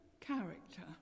character